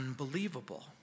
unbelievable